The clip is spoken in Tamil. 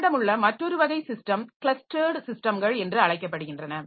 நம்மிடம் உள்ள மற்றொரு வகை சிஸ்டம் கிளஸ்டர்டு சிஸ்டம்கள் என்று அழைக்கப்படுகின்றன